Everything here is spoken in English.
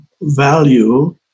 value